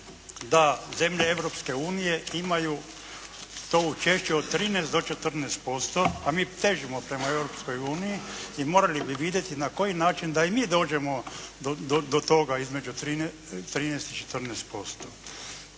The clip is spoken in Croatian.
da zemlje Europske unije imaju to učešće od 13 do 14%, a mi težimo prema Europskoj uniji i morali bi vidjeti na koji način da i mi dođemo do toga između 13 i 14%.